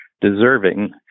deserving